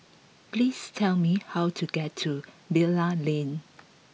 please tell me how to get to Bilal Lane